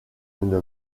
une